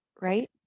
Right